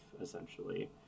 essentially